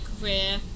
career